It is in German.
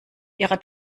ihrer